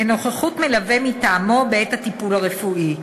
לנוכחות מלווה מטעמו בעת הטיפול הרפואי.